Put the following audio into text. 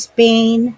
Spain